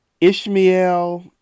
Ishmael